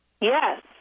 Yes